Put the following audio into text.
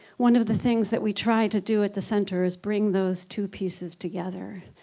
one of the things that we try to do at the center is bring those two pieces together,